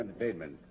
entertainment